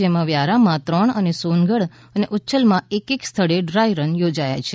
જેમાં વ્યારામાં ત્રણ અને સોનગઢ અને ઉચ્છલમાં એક એક સ્થળે ડ્રાય રન યોજાઇ છે